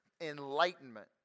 enlightenment